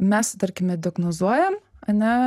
mes tarkime diagnozuojam a ne